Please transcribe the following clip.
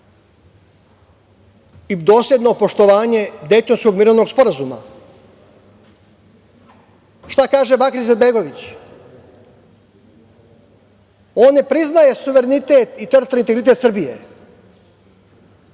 i dosledno poštovanje Dejtonskog mirovnog sporazuma. Šta kaže Bakir Izetbegović? On ne priznaje suverenitet i teritorijalni integritet Srbije.